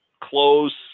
close